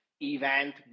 event